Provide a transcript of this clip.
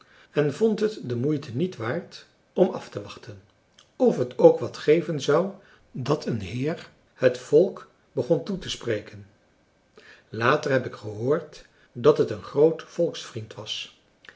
en vond het de moeite niet waard om af te wachten of het ook wat geven zou dat een heer het volk begon toe te spreken later heb ik gehoord dat het een groot volksvriend was